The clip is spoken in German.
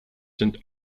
sind